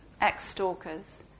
ex-stalkers